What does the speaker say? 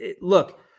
look